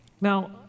Now